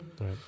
right